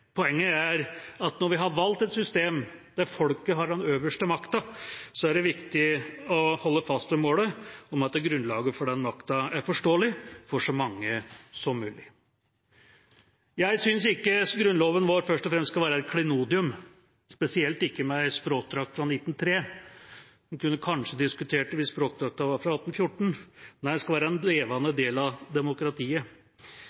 Poenget er at når vi har valgt et system der folket har den øverste makta, er det viktig å holde fast ved målet om at grunnlaget for den makta er forståelig for så mange som mulig. Jeg syns ikke Grunnloven vår først og fremst skal være et klenodium – spesielt ikke med ei språkdrakt fra 1903, en kunne kanskje diskutert det hvis språkdrakta var fra 1814 – nei, den skal være en levende